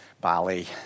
Bali